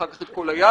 אחר כך את כל היד,